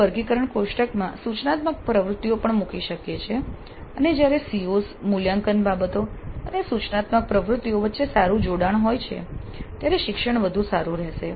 આપણે વર્ગીકરણ કોષ્ટકમાં સૂચનાત્મક પ્રવૃત્તિઓ પણ મૂકી શકીએ છીએ અને જ્યારે COs મૂલ્યાંકન બાબતો અને સૂચનાત્મક પ્રવૃત્તિઓ વચ્ચે સારું જોડાણ હોય છે ત્યારે શિક્ષણ વધુ સારું રહેશે